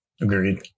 Agreed